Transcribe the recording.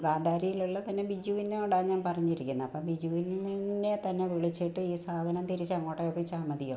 ഗാന്ധാരിയിലുള്ള തന്നെ ബിജുവിനോടാണ് ഞാൻ പറഞ്ഞിരിക്കുന്നത് അപ്പം ബിജുവിനെ തന്നെ വിളിച്ചിട്ട് ഈ സാധനം തിരിച്ച് അങ്ങോട്ടേക്ക് ഏൽപ്പിച്ചാൽ മതിയോ